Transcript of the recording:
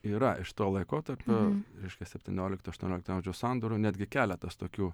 yra iš to laikotarpio reiškia septyniolikto aštuoniolikto amžių sandūrų netgi keletas tokių